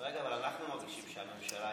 אבל כרגע אנחנו מרגישים שהממשלה,